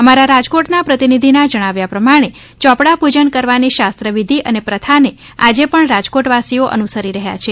અમારા રાજકોટના પ્રતિનિધિના જણાવ્યા પ્રમાણે ચોપડા પુજન કરવાની શાસ્ત્ર વિધિ અને પ્રથાને આજે પણ રાજકોટ વાસીઓ અનુસરી રહથાં છે